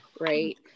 right